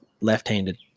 left-handed